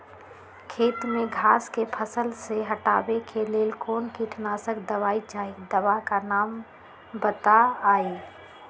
खेत में घास के फसल से हटावे के लेल कौन किटनाशक दवाई चाहि दवा का नाम बताआई?